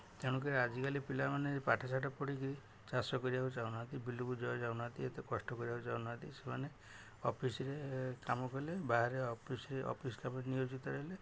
ତେଣୁକରି ଆଜିକାଲି ପିଲାମାନେ ପାଠଶାଠ ପଢ଼ିକି ଚାଷ କରିବାକୁ ଚାହୁଁନାହାନ୍ତି ବିଲକୁ ଜମା ଯାଉନାହାନ୍ତି ଏତେ କଷ୍ଟ କରିବାକୁ ଚାହୁଁନାହାନ୍ତି ସେମାନେ ଅଫିସ୍ରେ କାମ କଲେ ବାହାରେ ଅଫିସ୍ରେ ଅଫିସ୍ କାମରେ ନିୟୋଜିତ ହେଲେ